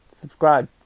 subscribe